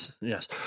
Yes